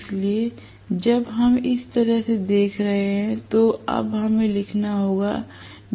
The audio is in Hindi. इसलिए जब हम इस तरह से देख रहे हैं तो अब हमें लिखना होगा